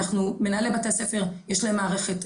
מנהלי בתי הספר יש להם מערכת,